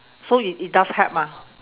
so it it does help ah